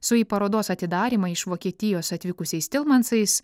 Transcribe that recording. su į parodos atidarymą iš vokietijos atvykusiais tilmansais